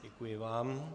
Děkuji vám.